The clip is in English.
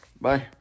bye